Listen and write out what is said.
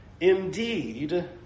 Indeed